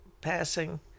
passing